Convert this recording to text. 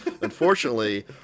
Unfortunately